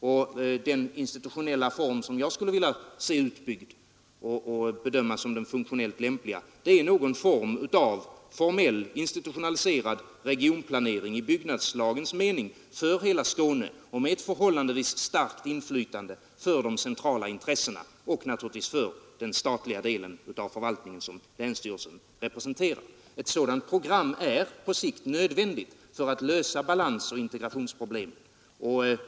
Och den institutionella form som jag skulle vilja ha för den bygden och bedöma som den funktionellt lämpligaste är någon sorts institutionerad regionplanering i byggnadslagens mening för hela Skåne, med förhållandevis starkt inflytande för de centrala intressena och naturligtvis också för den statliga delen av förvaltningen som länsstyrelsen representerar. Ett sådant program är också på sikt nödvändigt för att lösa balansoch integrationsproblemen.